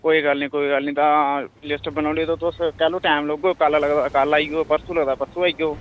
कोई गल्ल निं कोई गल्ल निं तां लिस्ट बनाई ओड़ेओ तुस तां तैह्लूं टैम लग्गग कल लगदा कल आई जाओ परसूं लगदा परसूं आई जाओ